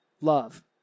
love